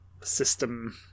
system